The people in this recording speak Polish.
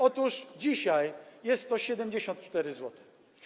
Otóż dzisiaj jest to 74 zł.